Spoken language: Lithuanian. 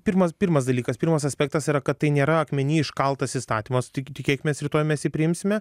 pirmas pirmas dalykas pirmas aspektas yra kad tai nėra akmeny iškaltas įstatymas tik tikėkimės rytoj mes jį priimsime